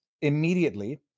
immediately